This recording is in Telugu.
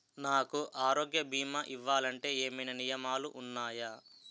నాకు ఆరోగ్య భీమా ఇవ్వాలంటే ఏమైనా నియమాలు వున్నాయా?